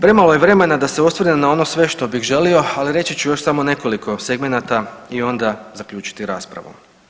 Premalo je vremena da se osvrne na ono sve što bih želio, ali reći ću još samo nekoliko segmenata i onda zaključiti raspravu.